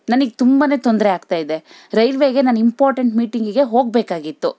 ನನಗೆ ತುಂಬನೇ ತೊಂದರೆ ಆಗ್ತಾಯಿದೆ ರೈಲ್ವೆಗೆ ನಾನು ಇಂಪಾರ್ಟೆಂಟ್ ಮೀಟಿಂಗಿಗೆ ಹೋಗಬೇಕಾಗಿತ್ತು